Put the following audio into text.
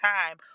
time